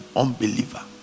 unbeliever